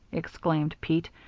exclaimed pete.